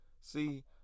See